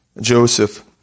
Joseph